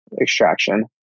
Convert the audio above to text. extraction